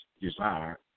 desire